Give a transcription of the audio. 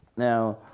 now